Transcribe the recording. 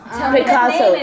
Picasso